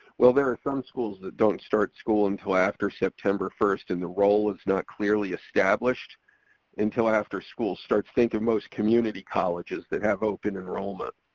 well there are some schools that don't start school until after september first, and the roll is not clearly established until after school starts. think of most community colleges that have open enrollment.